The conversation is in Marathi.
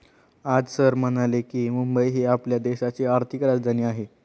आज सर म्हणाले की, मुंबई ही आपल्या देशाची आर्थिक राजधानी आहे